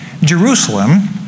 Jerusalem